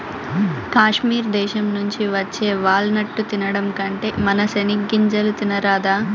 కాశ్మీర్ దేశం నుంచి వచ్చే వాల్ నట్టు తినడం కంటే మన సెనిగ్గింజలు తినరాదా